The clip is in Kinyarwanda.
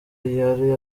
yari